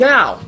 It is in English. Now